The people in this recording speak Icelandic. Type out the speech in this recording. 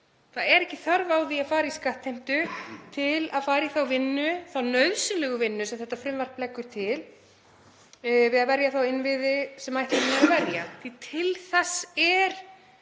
Það er ekki þörf á því að fara í skattheimtu til að fara í þá vinnu, þá nauðsynlegu vinnu sem þetta frumvarp leggur til við að verja þá innviði sem ætlunin er að